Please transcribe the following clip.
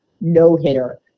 no-hitter